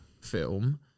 film